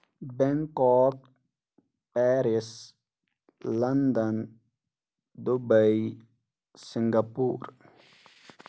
Bangkok Paris London Dubai سنگا پور